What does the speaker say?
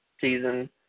season